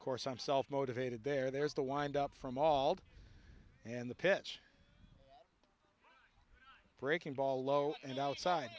ok course i'm self motivated there there's the wind up from all that and the pitch breaking ball low and outside